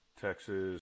Texas